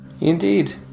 Indeed